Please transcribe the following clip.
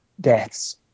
deaths